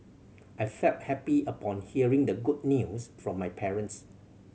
I felt happy upon hearing the good news from my parents